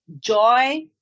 Joy